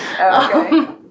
okay